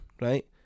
right